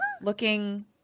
looking